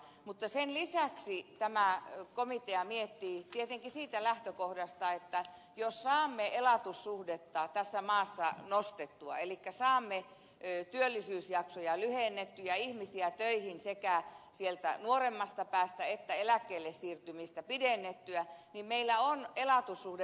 mutta sen lisäksi tämä komitea miettii asiaa tietenkin siitä lähtökohdasta että jos saamme elatussuhdetta tässä maassa nostettua elikkä saamme työttömyysjaksoja lyhennettyä ja ihmisiä töihin sekä sieltä nuoremmasta että vanhemmasta päästä eläkkeelle siirtymistä pidennettyä niin meillä on elatussuhde parempi